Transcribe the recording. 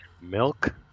Milk